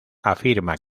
afirma